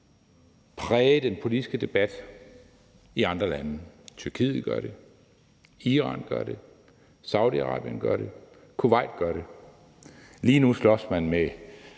præge den politiske debat i andre lande. Tyrkiet gør det, Iran gør det, Saudi-Arabien gør det, Kuwait gør det. Lige nu slås man med